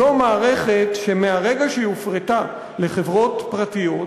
זו מערכת שמהרגע שהיא הופרטה לחברות פרטיות,